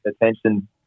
attention